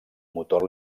motor